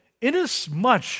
inasmuch